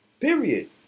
Period